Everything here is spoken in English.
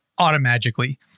automagically